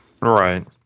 Right